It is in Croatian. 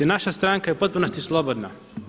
Naša stranka je u potpunosti slobodna.